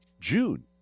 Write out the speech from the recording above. June